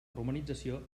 romanització